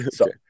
Okay